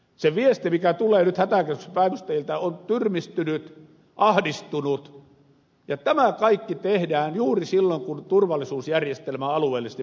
se viesti mikä tulee nyt hätäkeskuspäivystäjiltä on tyrmistynyt ahdistunut ja tämä kaikki tehdään juuri silloin kun turvallisuusjärjestelmä alueellisesti pannaan pystyyn